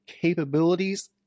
capabilities